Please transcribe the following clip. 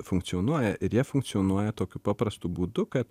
funkcionuoja ir jie funkcionuoja tokiu paprastu būdu kad